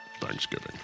Thanksgiving